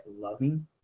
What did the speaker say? loving